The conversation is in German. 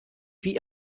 wie